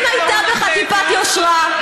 אם הייתה בך טיפת יושרה,